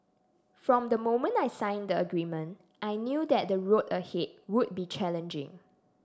from the moment I signed the agreement I knew that the road ahead would be challenging